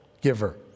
giver